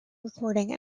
recording